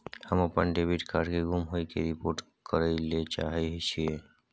हम अपन debit card के गुम होय के रिपोर्ट करय ले चाहय छियै